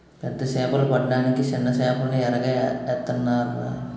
పెద్ద సేపలు పడ్డానికి సిన్న సేపల్ని ఎరగా ఏత్తనాన్రా